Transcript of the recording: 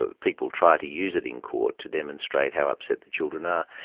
ah people try to use it in court to demonstrate how upset the children are.